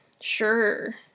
Sure